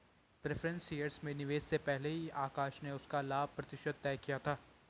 preference shares में निवेश से पहले ही आकाश ने उसका लाभ प्रतिशत तय किया था